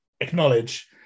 acknowledge